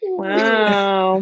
wow